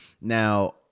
now